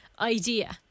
idea